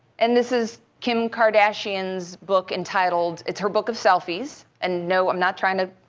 and this is kim kardashian's book entitled it's her book of selfies. and no, i'm not trying to